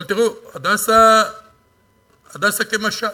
אבל תראו, "הדסה" "הדסה" כמשל: